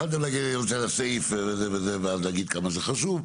יכולתם להגיב על הסעיף זה וזה ואז להגיד כמה זה חשוב.